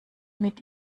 mit